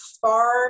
far